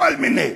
כל מיני.